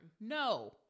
No